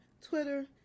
Twitter